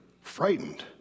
frightened